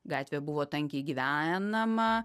gatvė buvo tankiai gyvenama